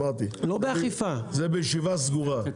זה בישיבה סגורה.